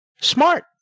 smart